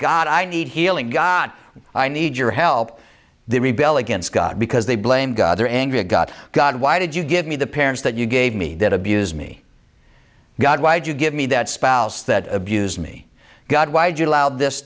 god i need healing god i need your help the rebel against god because they blame god they're angry at god god why did you give me the parents that you gave me that abuse me god why did you give me that spouse that abused me god why did you